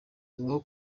bibaho